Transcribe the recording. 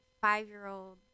five-year-old